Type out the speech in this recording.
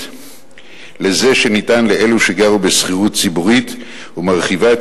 לזה שניתן לאלו שגרו בשכירות ציבורית ומרחיבה את